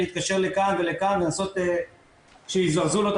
להתקשר לכאן ולכאן לנסות שיזרזו לו את